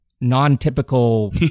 non-typical